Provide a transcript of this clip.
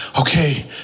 okay